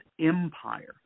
empire